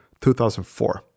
2004